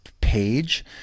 page